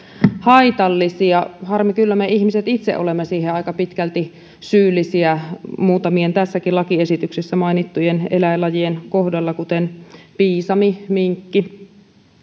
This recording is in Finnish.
haitallisia harmi kyllä me ihmiset itse olemme siihen aika pitkälti syyllisiä muutamien tässäkin lakiesityksessä mainittujen eläinlajien kohdalla kuten piisami minkki ja